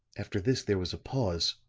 after this there was a pause,